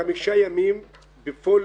חמישה ימים בפול